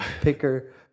picker